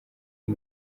uyu